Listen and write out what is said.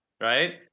right